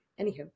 Anywho